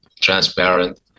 transparent